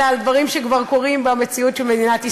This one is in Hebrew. אלא על דברים שכבר קורים במציאות של מדינת ישראל.